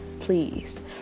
please